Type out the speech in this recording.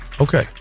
Okay